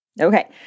Okay